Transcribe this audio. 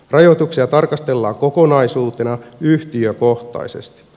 rajoituksia tarkastellaan kokonaisuutena yhtiökohtaisesti